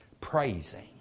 praising